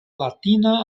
latina